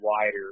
wider